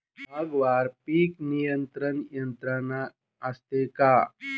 विभागवार पीक नियंत्रण यंत्रणा असते का?